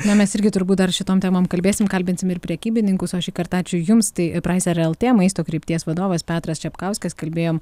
na mes irgi turbūt dar šitom temom kalbėsim kalbinsim ir prekybininkus o šįkart ačiū jums tai praiser lt maisto krypties vadovas petras čepkauskas kalbėjom